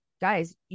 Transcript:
guys